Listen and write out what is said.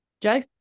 Joe